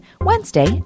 Wednesday